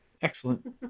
excellent